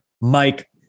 Mike